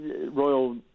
royal